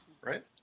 right